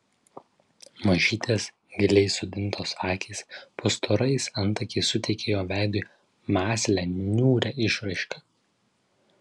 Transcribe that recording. mažytės giliai įsodintos akys po storais antakiais suteikė jo veidui mąslią niūrią išraišką